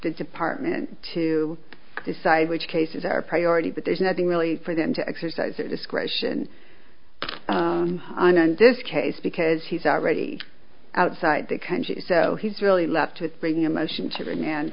department to decide which cases are priority but there's nothing really for them to exercise their discretion on in this case because he's already outside the country so he's really left to bring emotion and